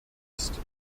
ist